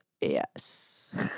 Yes